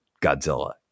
Godzilla